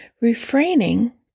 Refraining